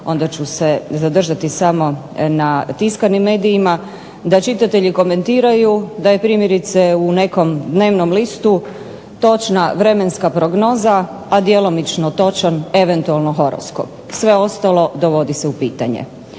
onda ću se zadržati samo na tiskanim medijima, da čitatelji komentiraju da je primjerice u nekom dnevnom listu točna vremenska prognoza, a djelomično točan eventualno horoskop. Sve ostalo dovodi se u pitanje.